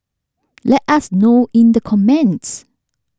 let us know in the comments